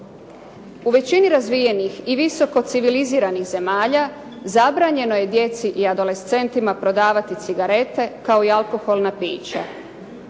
U većini razvijenih i visoko civiliziranih zemalja, zabranjeno je djeci i adolescentima prodavati cigarete kao i alkoholna pića.